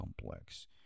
complex